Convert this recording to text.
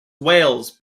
wales